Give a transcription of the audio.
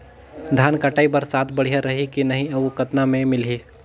धान कटाई बर साथ बढ़िया रही की नहीं अउ कतना मे मिलही?